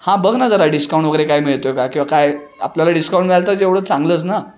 हां बघ ना जरा डिस्काउंट वगैरे काय मिळतो आहे का किंवा काय आपल्याला डिस्काउंट मिळालं तर तेवढं चांगलंच ना